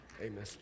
Amen